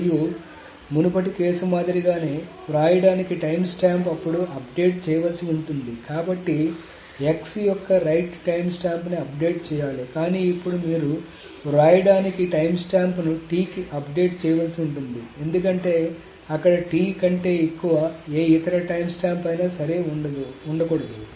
మరియు మునుపటి కేసుమాదిరిగానే వ్రాయడానికి టైమ్స్టాంప్ ఇప్పుడు అప్డేట్ చేయవలసి ఉంటుంది కాబట్టి x యొక్క రైట్ టైమ్స్టాంప్ని అప్డేట్ చేయాలి కానీ ఇప్పుడు మీరు వ్రాయడానికి టైమ్స్టాంప్ను t కి అప్డేట్ చేయాల్సి ఉంటుంది ఎందుకంటే అక్కడ T కంటే ఎక్కువ ఏ ఇతర టైమ్స్టాంప్ అయినా సరే ఉండకూడదు